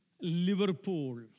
Liverpool